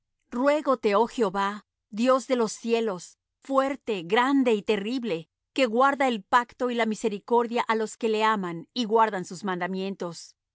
ruégote oh jehová dios de los cielos fuerte grande y terrible que guarda el pacto y la misericordia á los que le aman y guardan sus mandamientos